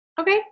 Okay